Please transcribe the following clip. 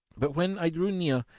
but when i drew near,